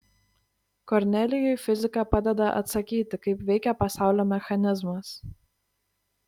kornelijui fizika padeda atsakyti kaip veikia pasaulio mechanizmas